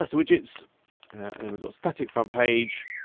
ah so widgets and then we've got static front page